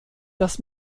dass